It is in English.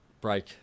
break